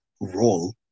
role